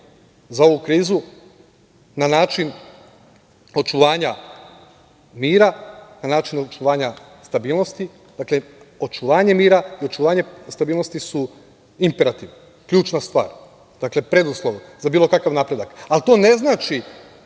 za ovu krizu na način očuvanja mira, na način očuvanja stabilnosti. Dakle, očuvanje mira i očuvanje stabilnosti su imperativ, ključna stvar. Dakle, preduslov za bilo kakav napredak, ali to ne znači